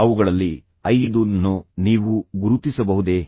ಅವುಗಳಲ್ಲಿ 5ನ್ನು ನೀವು ಗುರುತಿಸಬಹುದೇ